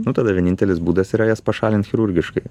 nu tada vienintelis būdas yra jas pašalint chirurgiškai